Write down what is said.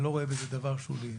אני לא רואה בזה דבר שולי.